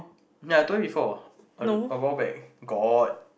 ya I told you before a a while back got